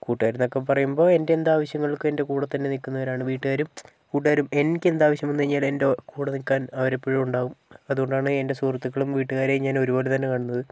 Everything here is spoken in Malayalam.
കൂട്ടുകാരെന്നൊക്കെ പറയുമ്പോൾ എൻ്റെ എന്താവശ്യങ്ങൾക്കും എൻ്റെ കൂടെത്തന്നെ നിൽക്കുന്നവരാണ് വീട്ടുകാരും കൂട്ടുകാരും എനിക്കെന്താവശ്യം വന്നുകഴിഞ്ഞാലും എൻ്റെ കൂടെ നില്ക്കാൻ അവരെപ്പോഴും ഉണ്ടാകും അതുകൊണ്ടാണ് എൻ്റെ സുഹൃത്തുക്കളെയും വീട്ടുകാരെയും ഞാനൊരുപോലെ ത്തന്നെ കാണുന്നത്